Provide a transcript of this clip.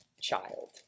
child